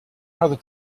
other